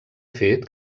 fet